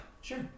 Sure